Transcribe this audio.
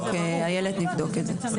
איילת, נבדוק את זה.